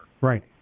Right